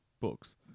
books